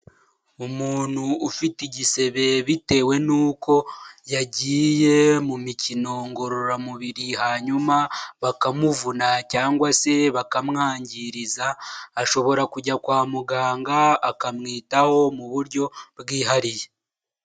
Umuntu ufite igisebe bitewe nuko yagiye mu mikino ngororamubiri hanyuma bakamuvuna cyangwa se bakamwangiriza, ashobora kujya kwa muganga akamwitaho mu buryo bwihariye.